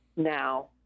Now